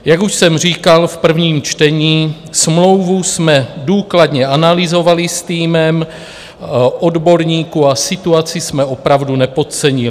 Jak už jsem říkal v prvním čtení, smlouvu jsme důkladně analyzovali s týmem odborníků a situaci jsme opravdu nepodcenili.